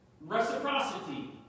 reciprocity